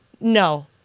no